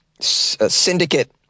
syndicate